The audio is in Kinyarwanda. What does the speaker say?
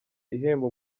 ihemba